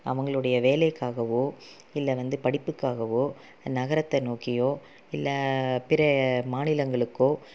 அவங்களுடைய வேலைக்காகவோ இல்லை வந்து படிப்புக்காகவோ நகரத்தை நோக்கியோ இல்லை பிற மாநிலங்களுக்கோ